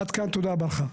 עד כאן, תודה רבה לך.